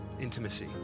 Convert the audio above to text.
Intimacy